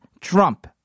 Trump